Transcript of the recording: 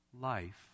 life